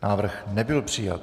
Návrh nebyl přijat.